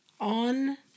on